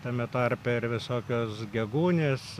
tame tarpe ir visokios gegūnės